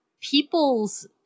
people's